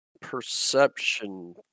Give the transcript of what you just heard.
perception